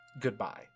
Goodbye